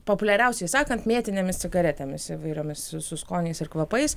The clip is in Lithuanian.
populiariausiai sakant mėtinėmis cigaretėmis įvairiomis su skoniais ir kvapais